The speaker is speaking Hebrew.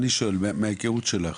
שואל מההיכרות שלך.